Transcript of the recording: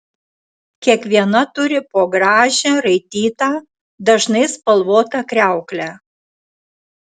kiekviena turi po gražią raitytą dažnai spalvotą kriauklę